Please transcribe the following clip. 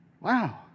Wow